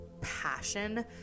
passion